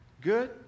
Good